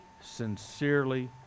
sincerely